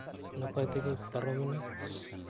ᱱᱟᱯᱟᱭ ᱛᱮᱜᱮ ᱯᱟᱨᱚᱢᱮᱱᱟ